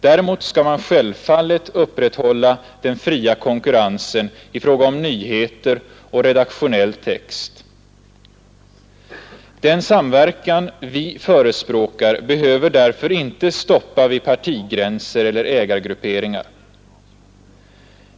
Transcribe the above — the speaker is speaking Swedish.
Däremot skall man självfallet upprätthålla den fria konkurrensen i fråga om nyheter och redaktionell text. Den samverkan vi förespråkar behöver därför inte stoppa vid partigränser eller ägargrupperingar.